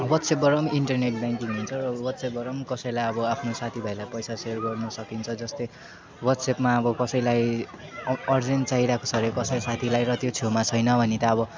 वाट्सएपबाट पनि internet banking हुन्छ वाट्सएपबाट पनि कसैलाई अब आफ्नो साथीभाइलाई पैसा सेयर गर्न सकिन्छ जस्तै वाट्सएपमा अब कसैलाई अर्जेन्ट चाहिरहेको छ हरे कसै साथीलाई र त्यो छेउमा छैन भने त अब